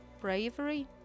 bravery